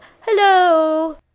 hello